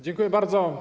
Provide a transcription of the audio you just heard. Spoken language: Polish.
Dziękuję bardzo.